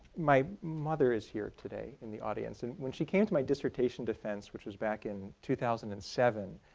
my mother is here today in the audience and when she came to my dissertation defense which was back in two thousand and seven,